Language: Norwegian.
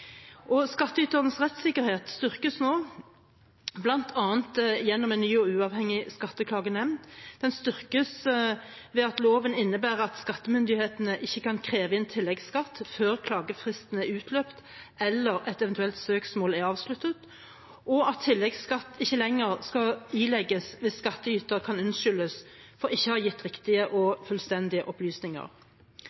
rettssikkerhet styrkes nå bl.a. gjennom en ny og uavhengig skatteklagenemnd, den styrkes ved at loven innebærer at skattemyndighetene ikke kan kreve inn tilleggsskatt før klagefristen er utløpt eller et eventuelt søksmål er avsluttet, og at tilleggsskatt ikke lenger skal ilegges hvis skattyteren kan unnskyldes for ikke å ha gitt riktige og